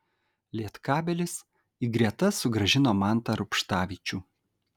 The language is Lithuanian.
lietkabelis į gretas sugrąžino mantą rubštavičių